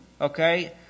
okay